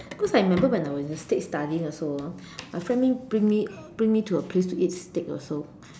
because I remember when I was in states studying also ah my friend bring me bring me to a place to eat steak also